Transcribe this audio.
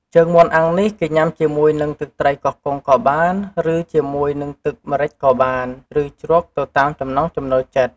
ជើងមាន់អាំងនេះគេញ៉ាំជាមួយនឹងទឹកត្រីកោះកុងក៏បាន ឬជាមួយនឹងទឹកម្រេចក៏បាន ឬជ្រក់ ទៅតាមចំណង់ចំណូលចិត្ត។